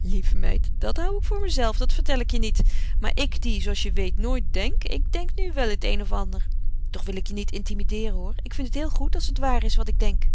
lieve meid dat hou ik voor mezelve dat vertel ik je niet maar ik die zooals je weet nooit denk ik denk nu wel het een of ander toch wil ik je niet intimideeren hoor ik vind het heel goed als het waar is wat ik denk